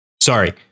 Sorry